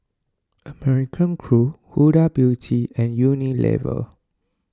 American Crew Huda Beauty and Unilever